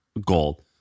gold